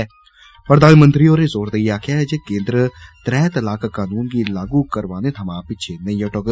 प्रधानमंत्री होरें जोर देइयै आक्खेआ ऐ जे केन्द्र त्रैह् तलाक कानून गी लागू करवाने थमां पिच्छें नेईं हटोग